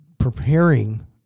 Preparing